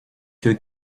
que